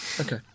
okay